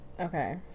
Okay